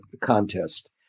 contest